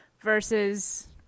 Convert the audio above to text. versus